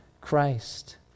Christ